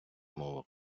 мова